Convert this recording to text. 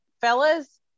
fellas